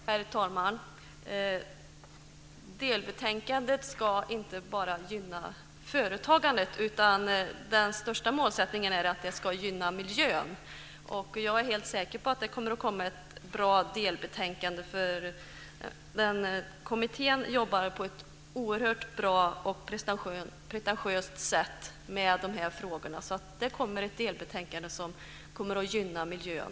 Herr talman! Delbetänkandet ska inte bara gynna företagande. Den största målsättningen är att det ska gynna miljön. Jag är helt säker på att det kommer att komma ett bra delbetänkande, för kommittén jobbar på ett oerhört bra och ambitiöst sätt med de här frågorna. Det kommer ett delbetänkande som kommer att gynna miljön.